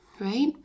right